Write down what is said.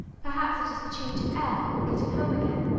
perhaps it is the change of air, or getting home again.